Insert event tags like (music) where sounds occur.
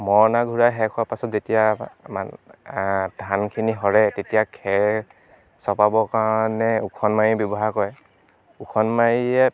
মৰণা ঘূৰাই শেষ হোৱাৰ পাছত যেতিয়া (unintelligible) ধানখিনি সৰে তেতিয়া খেৰ চপাবৰ কাৰণে ওখোন মাৰি ব্যৱহাৰ কৰে ওখোন মাৰিয়ে